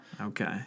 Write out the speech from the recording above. Okay